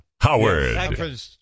Howard